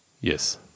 Yes